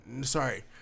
Sorry